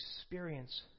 experience